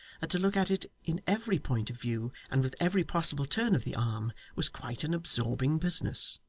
that to look at it in every point of view and with every possible turn of the arm, was quite an absorbing business.